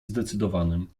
zdecydowanym